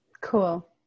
Cool